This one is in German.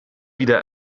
wieder